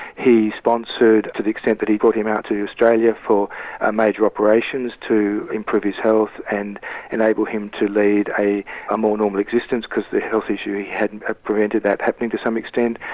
he sponsored to the extent that he brought him out to australia for ah major operations to improve his health and enable him to lead a more normal existence because the health issue he had ah prevented that happening to some extent.